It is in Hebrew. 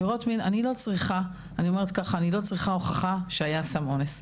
אני לא צריכה הוכחה שהיה סם אונס.